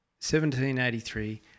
1783